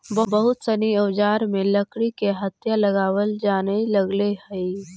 बहुत सनी औजार में लकड़ी के हत्था लगावल जानए लगले हई